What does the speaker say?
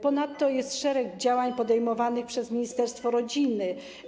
Ponadto jest szereg działań podejmowanych przez ministerstwo rodziny.